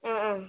ആഹ് ആഹ്